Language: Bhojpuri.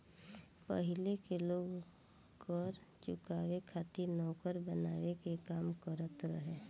पाहिले के लोग कर चुकावे खातिर नौकर बनके काम करत रहले